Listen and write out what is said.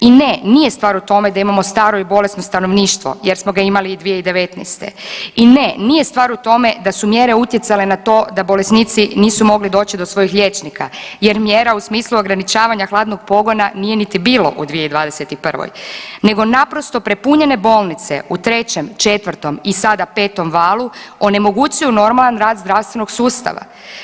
I ne nije stvar u tome da imamo staro i bolesno stanovništvo jer smo ga imali i 2019., i ne nije stvar u tome da su mjere utjecale na to bolesnici nisu mogli doći do svojih liječnika jer mjera u smislu ograničavanja hladnog pogona nije niti bilo u 2021., nego naprosto prepunjene bolnice u 3, 4 i sada 5 valu onemogućuju normalan rad zdravstvenog sustava.